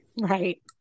right